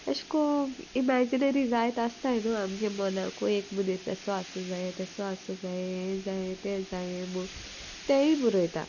ऐशको imaginary जायत आसताय न्हू आमगे मोनाकूय एक मनीस एसो आसूं जाय तेसो आसूं जाय हें जाय तें जाय तेंय बोरोयता